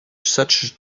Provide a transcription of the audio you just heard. such